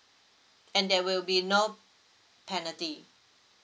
and there will be no penalty